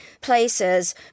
places